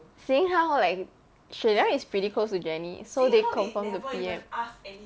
seeing how like shen yang is pretty close to janice so they confirm will P_M